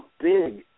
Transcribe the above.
big